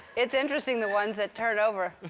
it's interesting the ones that turn over.